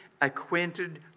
acquainted